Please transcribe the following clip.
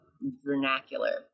vernacular